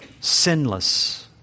sinless